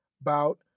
bout